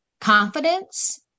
confidence